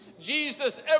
Jesus